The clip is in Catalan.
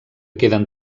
queden